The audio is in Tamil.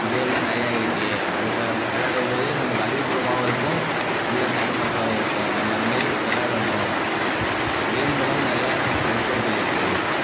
கேம்லாம் நிறையா இருக்குது அதுக்காக விளாடும் போது நமக்கு அறிவுப்பூர்வமாகவும் இருக்கும் நல்ல டைம் பாஸாகவும் இருக்கும் நம்ப அந்தமாரி விளாடனும் கேம் மூலம் நிறையா நற்செயல்கள் இருக்குது